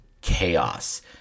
chaos